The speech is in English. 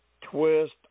twist